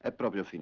ah problem